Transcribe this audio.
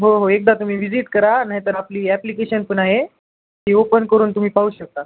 हो हो एकदा तुम्ही व्हिजिट करा नाहीतर आपली ॲप्लिकेशन पण आहे ती ओपन करून तुम्ही पाहू शकता